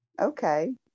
okay